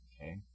Okay